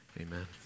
Amen